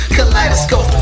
Kaleidoscope